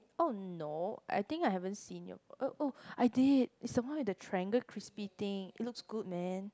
oh no I think I haven't seen it oh I did it some more the triangle crispy thing it looks good man